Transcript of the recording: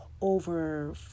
over